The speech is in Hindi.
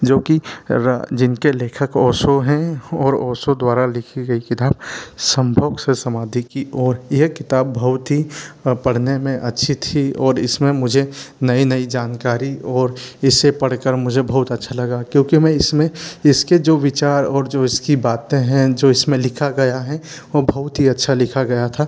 जो कि रा जिनके लेखक ओशो हैं और ओशो द्वारा लिखी गई किताब संभोग से समाधि की ओर यह किताब बहुत ही पढ़ने में अच्छी थी और इसमें मुझे नई नई जानकारी और इसे पढ़ कर मुझे बहुत अच्छा लगा क्योंकि मैं इसमें इसके जो विचार और जो इसकी बातें हैं जो इसमें लिखा गया है वह बहुत ही अच्छा लिखा गया था